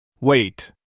Wait